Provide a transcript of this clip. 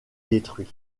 détruit